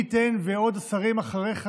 מי ייתן ועוד שרים אחריך,